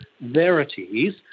verities